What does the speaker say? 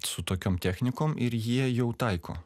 su tokiom technikom ir jie jau taiko